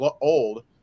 old